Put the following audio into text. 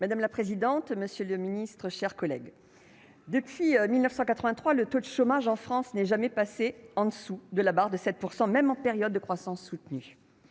madame la présidente, monsieur le ministre, chers collègues, depuis 1983 le taux de chômage en France n'est jamais passé en dessous de la barre de 7 % même en période de croissance soutenue